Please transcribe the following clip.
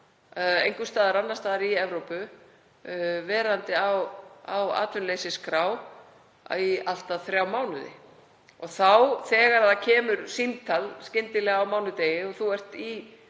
einhvers staðar annars staðar í Evrópu, verandi á atvinnuleysisskrá, í allt að þrjá mánuði. Og þegar það kemur skyndilega símtal á mánudegi og þú ert í